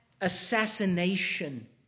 assassination